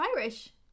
irish